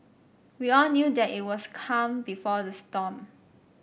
we all knew that it was calm before the storm